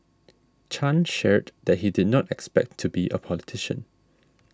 Chan shared that he did not expect to be a politician